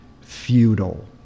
feudal